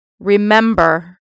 Remember